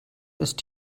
ist